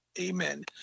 amen